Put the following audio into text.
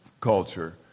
culture